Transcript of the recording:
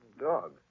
dog